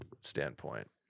standpoint